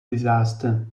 disaster